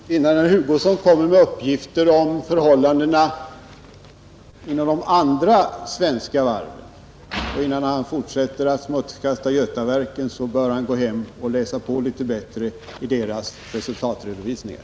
Herr talman! Innan herr Hugosson kommer med uppgifter om förhållandena inom de andra svenska varven och innan han fortsätter att smutskasta Götaverken bör han gå hem och läsa på litet bättre i deras resultatredovisningar.